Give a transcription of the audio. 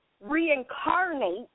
reincarnate